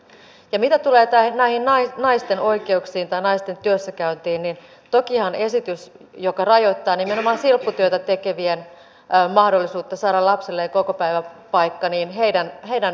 ja mitä tulee näihin naisten oikeuksiin tai naisten työssäkäyntiin niin tokihan esitys joka rajoittaa nimenomaan silpputyötä tekevien mahdollisuutta saada lapselleen kokopäiväpaikkaa heikentää heidän tilannettaan